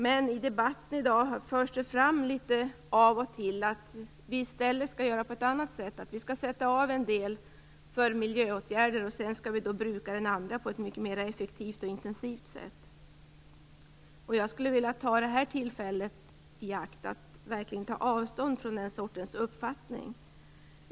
Men i debatten i dag förs det av och till fram att vi skall göra på ett annat sätt, dvs. att vi skall sätta av en del för miljöåtgärder och bruka den andra delen på ett mycket mera effektivt och intensivt sätt. Jag skulle vilja ta det här tillfället i akt att verkligen ta avstånd från den sortens uppfattning.